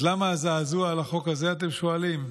אז למה הזעזוע על החוק הזה, אתם שואלים?